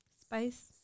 spice